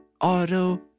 auto